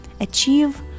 achieve